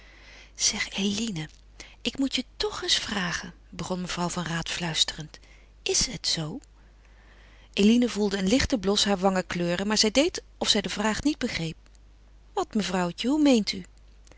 zeg eline ik moet je toch eens vragen begon mevrouw van raat fluisterend is het zoo eline voelde een lichten blos haar wangen kleuren maar zij deed of zij de vraag niet begreep wat mevrouwtje hoe meent u